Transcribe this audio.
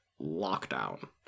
lockdown